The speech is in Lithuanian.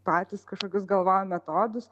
patys kažkokius galvojam metodus